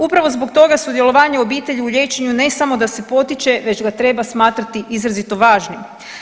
Upravo zbog toga sudjelovanje obitelji u liječenju ne samo da se potiče već ga treba smatrati izrazito važnim.